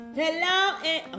hello